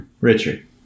Richard